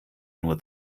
nur